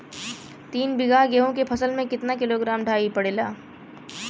तीन बिघा गेहूँ के फसल मे कितना किलोग्राम डाई पड़ेला?